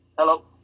Hello